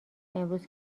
امروز